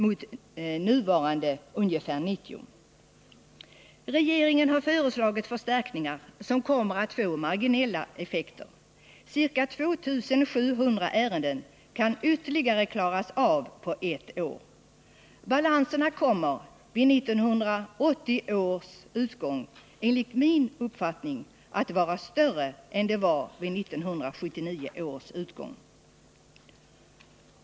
F. n. finns ungefär 90. Regeringen har visserligen föreslagit förstärkningar, men de kommer att få marginella effekter. Ytterligare ca 2 700 ärenden kan klaras av på ett år. Som jag bedömer det kommer balansen vid 1980 års utgång att vara större än den var vid 1979 års utgång.